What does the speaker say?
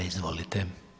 Izvolite.